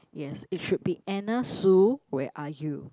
yes it should be Anna sue where are you